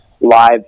live